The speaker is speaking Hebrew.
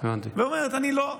ואומרת אני לא,